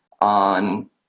on